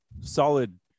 solid